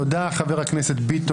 תודה, חבר הכנסת ביטון.